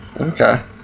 Okay